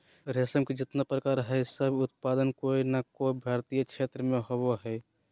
रेशम के जितना प्रकार हई, सब के उत्पादन कोय नै कोय भारतीय क्षेत्र मे होवअ हई